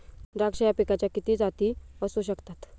द्राक्ष या पिकाच्या किती जाती असू शकतात?